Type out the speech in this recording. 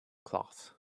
cloth